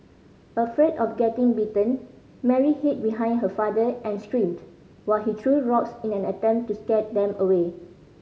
afraid of getting bitten Mary hid behind her father and screamed while he threw rocks in an attempt to scare them away